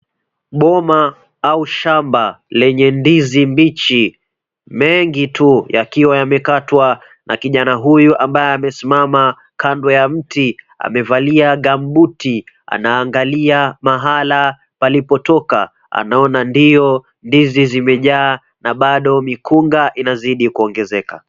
Boma au shaba lenye ndizi mbichi, mengi tu yakiwa yamekatwa na kijana huyu ambaye amesimama kando ya mti, amevalia gambuti anaangalia mahala palipotoka. Anaona ndio ndizi zimejaa na bado mikunga inazidi kuongezeka.